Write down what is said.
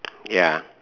ya